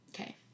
Okay